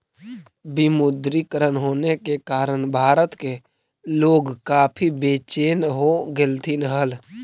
विमुद्रीकरण होने के कारण भारत के लोग काफी बेचेन हो गेलथिन हल